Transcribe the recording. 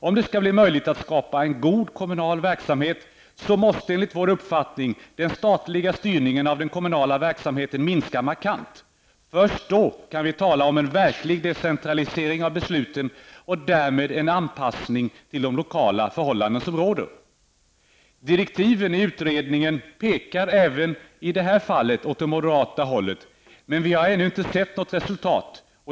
Om det skall bli möjligt att skapa en god kommunal verksamhet, måste enligt vår uppfattning den statliga styrningen av den kommunala verksamheten minska markant. Först då kan vi tala om en verklig decentralisering av besluten och därmed en anpassning till de lokala förhållanden som råder. Direktiven i utredningen pekar även i det här fallet åt det moderata hållet. Men vi har ännu inte sett något resultat.